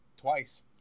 Twice